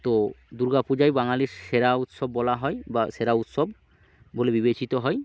তো দুর্গা পূজাই বাঙালির সেরা উৎসব বলা হয় বা সেরা উৎসব বলে বিবেচিত হয়